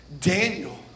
Daniel